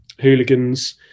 hooligans